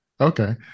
Okay